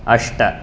अष्ट